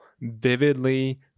vividly